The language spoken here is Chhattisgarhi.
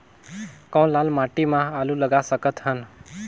कौन लाल माटी म आलू लगा सकत हन?